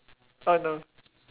oh no